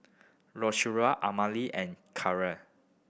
Lucero Amelie and Caleigh